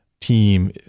team